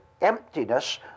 emptiness